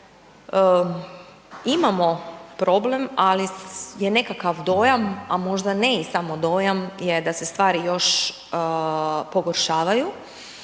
imamo problem, ali je nekakav dojam, a možda ne i samo dojam je da se stvari još pogoršavaju